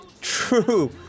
True